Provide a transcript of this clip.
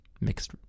mixed